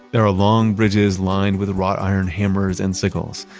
there are long bridges lined with wrought iron hammers and sickles.